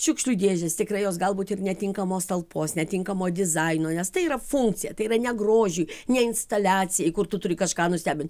šiukšlių dėžės tikrai jos galbūt ir netinkamos talpos netinkamo dizaino nes tai yra funkcija tai yra ne grožiui ne instaliacijai kur tu turi kažką nustebint